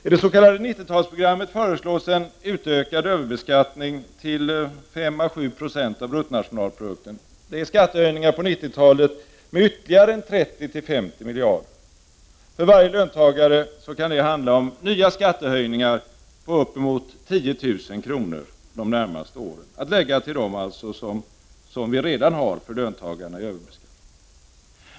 I det s.k. 90-talsprogrammet föreslås en utökad överbeskattning på 5 å 7 procent av bruttonationalprodukten, vilket innebär skattehöjningar under 1990-talet med ytterligare 30-50 miljarder kronor. För varje löntagare kan det handla om nya skattehöjningar på upp emot 10 000 kr. under de närmaste åren att lägga till den överbeskattning som de redan utsätts för.